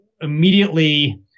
immediately